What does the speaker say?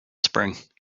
spring